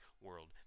world